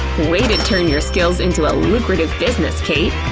way to turn your skills into a lucrative business, kate!